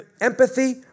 empathy